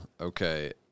Okay